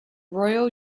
royal